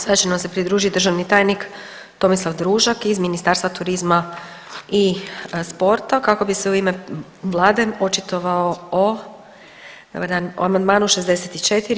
Sad će nam se pridružit državni tajnik Tomislav Družak iz Ministarstva turizma i sporta kako bi se u ime vlade očitovao o, dobar dan, o amandmanu 64.